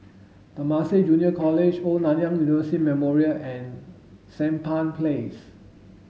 Temasek Junior College Old Nanyang University Memorial and Sampan Place